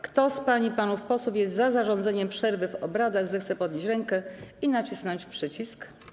Kto z pań i panów posłów jest za zarządzeniem przerwy w obradach, zechce podnieść rękę i nacisnąć przycisk.